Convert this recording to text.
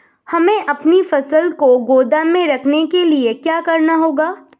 हमें अपनी फसल को गोदाम में रखने के लिये क्या करना होगा?